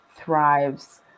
thrives